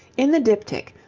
in the diptych,